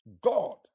God